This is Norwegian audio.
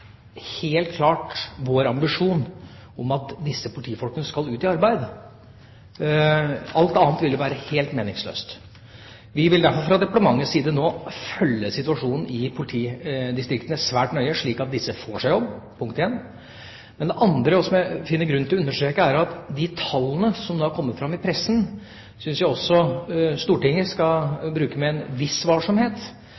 helt klart vår ambisjon at disse politifolkene skal ut i arbeid. Alt annet ville jo være helt meningsløst. Vi vil derfor fra departementets side nå følge situasjonen i politidistriktene svært nøye, slik at disse får seg jobb. Det er punkt én. Det andre – og som jeg finner grunn til å understreke – er at de tallene som nå har kommet fram i pressen, syns jeg også Stortinget skal